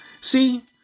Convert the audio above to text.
See